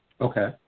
Okay